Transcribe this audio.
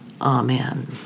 amen